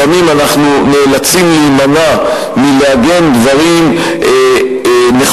לפעמים אנחנו נאלצים להימנע מלעגן דברים נכונים